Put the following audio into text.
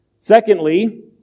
Secondly